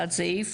עד איזה סעיף?